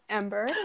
ember